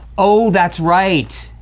oh, that's right,